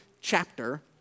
chapter